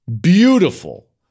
beautiful